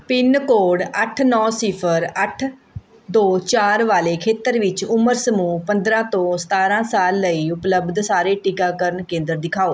pin code ਅੱਠ ਨੌ ਸਿਫਰ ਅੱਠ ਦੋ ਚਾਰ ਵਾਲੇ ਖੇਤਰ ਵਿੱਚ ਉਮਰ ਸਮੂਹ ਪੰਦਰ੍ਹਾਂ ਤੋਂ ਸਤਾਰ੍ਹਾਂ ਸਾਲ ਲਈ ਉਪਲਬਧ ਸਾਰੇ ਟੀਕਾਕਰਨ ਕੇਂਦਰ ਦਿਖਾਓ